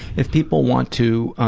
if people want to ah,